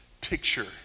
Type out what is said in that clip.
picture